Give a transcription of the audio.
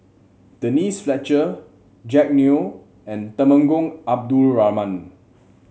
Denise Fletcher Jack Neo and Temenggong Abdul Rahman